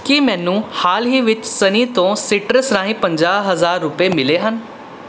ਕੀ ਮੈਨੂੰ ਹਾਲ ਹੀ ਵਿੱਚ ਸਨੀ ਤੋਂ ਸੀਟਰਸ ਰਾਹੀਂ ਪੰਜਾਹ ਹਜ਼ਾਰ ਰੁਪਏ ਮਿਲੇ ਹਨ